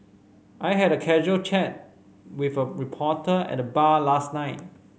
I had a casual chat with a reporter at the bar last night